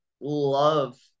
love